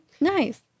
Nice